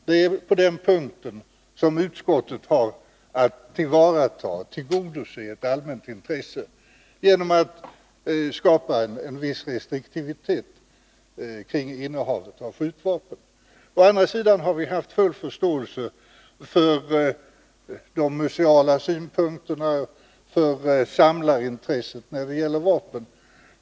Det är på den punkten som utskottet har att tillgodose ett allmänt intresse genom att skapa en viss restriktivitet kring innehavet av skjutvapen. Å andra sidan har vi haft full förståelse för de museala synpunkterna och för samlarintressen när det gäller vapen.